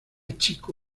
chico